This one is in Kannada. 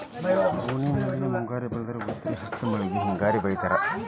ರೋಣಿ ಮಳೆಗೆ ಮುಂಗಾರಿ ಬೆಳದ್ರ ಉತ್ರಿ ಹಸ್ತ್ ಮಳಿಗೆ ಹಿಂಗಾರಿ ಬೆಳಿತಾರ